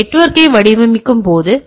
ஒரு நெட்வொர்க்கை வடிவமைக்கும்போது